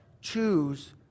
choose